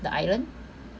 the island